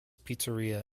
pizzeria